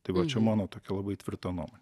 tai va čia mano tokia labai tvirta nuomonė